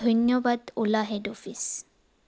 ধন্যবাদ অ'লা head office